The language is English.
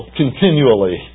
continually